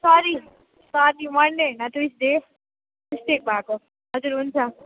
ए sorry sorry Monday हैन Tuesday mistake भएको हजुर हुन्छ